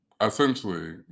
essentially